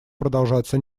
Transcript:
продолжаться